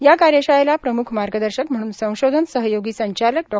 या कार्यशाळेला प्रमुख मार्गदर्शक म्हणून संशोधन सहयोगी संचालक डॉ